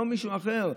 לא מישהו אחר.